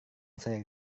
saya